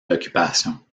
l’occupation